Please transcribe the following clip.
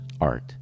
art